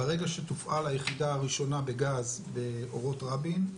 ברגע שתופעל היחידה הראשונה בגז באורות רבין,